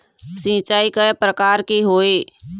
सिचाई कय प्रकार के होये?